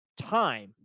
time